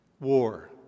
war